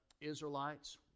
Israelites